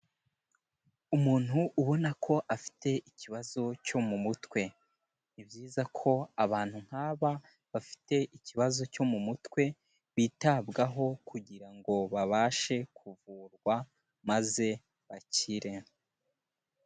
Umuntu ubona ko afite ikibazo cyo mu mutwe ni byiza ko abantu nk'aba bafite ikibazo cyo mu mutwe bitabwaho kugira ngo babashe kuvurwa maze bakire.